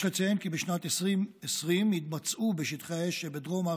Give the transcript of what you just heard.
יש לציין כי בשנת 2020 התבצעו בשטחי האש שבדרום הר